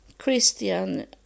Christian